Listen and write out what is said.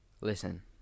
Listen